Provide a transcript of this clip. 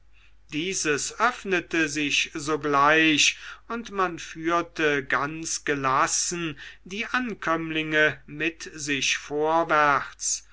dieses öffnete sich sogleich und man führte ganz gelassen die ankömmlinge mit sich vorwärts